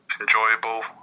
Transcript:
enjoyable